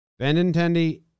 Benintendi